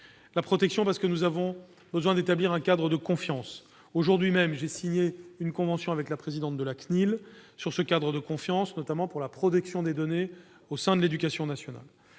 La protection répond au besoin d'établir un cadre de confiance. Aujourd'hui même, j'ai signé une convention avec la présidente de la CNIL concernant la protection des données au sein de l'éducation nationale.